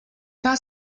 pas